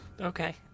Okay